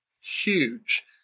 huge